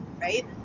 right